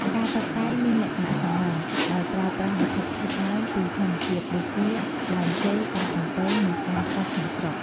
ការតុបតែងមានលក្ខណៈសាមញ្ញ ដោយប្រើប្រាស់វត្ថុធាតុដើមពីធម្មជាតិដូចជា ដើមចេក ដើមអំពៅ និងផ្កាស្រស់ក្នុងស្រុក។